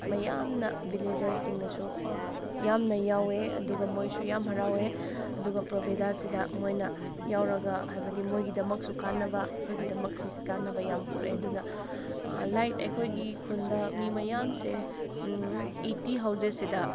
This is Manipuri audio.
ꯃꯌꯥꯝꯅ ꯚꯤꯂꯦꯖꯔꯁ ꯁꯤꯡꯅꯁꯨ ꯌꯥꯝꯅ ꯌꯥꯎꯋꯦ ꯑꯗꯨꯒ ꯃꯣꯏꯁꯨ ꯌꯥꯝꯅ ꯍꯔꯥꯎꯋꯦ ꯑꯗꯨꯒ ꯄ꯭ꯔꯣꯚꯦꯗꯥꯁꯤꯗ ꯃꯣꯏꯅ ꯌꯥꯎꯔꯒ ꯍꯥꯏꯕꯗꯤ ꯃꯣꯏꯒꯤꯗꯃꯛꯁꯨ ꯀꯥꯟꯅꯕ ꯑꯩꯈꯣꯏꯒꯤꯗꯃꯛꯁꯨ ꯀꯥꯟꯅꯕ ꯌꯥꯝ ꯄꯨꯔꯛꯑꯦ ꯑꯗꯨꯅ ꯂꯥꯏꯛ ꯑꯩꯈꯣꯏꯒꯤ ꯈꯨꯜꯗ ꯃꯤ ꯃꯌꯥꯝꯁꯦ ꯏ ꯇꯤ ꯍꯥꯎꯖꯦꯁꯁꯤꯗ